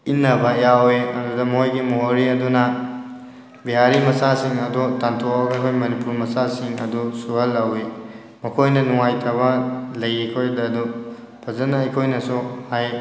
ꯏꯟꯅꯕ ꯌꯥꯎꯋꯦ ꯑꯗꯨꯗ ꯃꯣꯏꯒꯤ ꯃꯣꯍꯣꯔꯤ ꯑꯗꯨꯅ ꯕꯤꯍꯥꯔꯤ ꯃꯆꯥꯁꯤꯡ ꯑꯗꯨ ꯇꯥꯟꯊꯣꯛꯑꯒ ꯑꯩꯈꯣꯏ ꯃꯅꯤꯄꯨꯔꯤ ꯃꯆꯥꯁꯤꯡ ꯑꯗꯨ ꯁꯨꯍꯜꯍꯧꯋꯤ ꯃꯈꯣꯏꯅ ꯅꯨꯡꯉꯥꯏꯇꯕ ꯂꯩ ꯑꯩꯈꯣꯏꯗ ꯑꯗꯣ ꯐꯖꯅ ꯑꯩꯈꯣꯏꯅꯁꯨ ꯍꯥꯏ